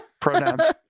Pronouns